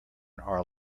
are